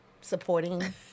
supporting